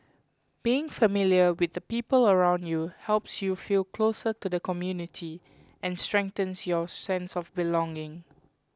being familiar with the people around you helps you feel closer to the community and strengthens your sense of belonging